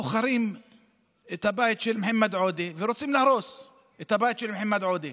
בוחרים את הבית של מוחמד עודה ורוצים להרוס את הבית של מוחמד עודה.